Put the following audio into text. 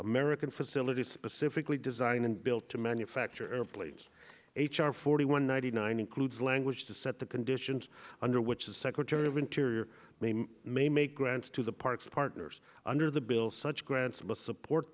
american facility specifically designed and built to manufacture airplanes h r forty one ninety nine includes language to set the conditions under which the secretary of interior may make grants to the park's partners under the bill such grants must support